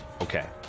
Okay